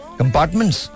compartments